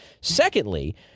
Secondly